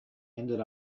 ended